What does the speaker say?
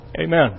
Amen